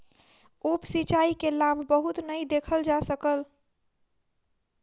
उप सिचाई के लाभ बहुत नै देखल जा सकल